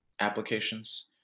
applications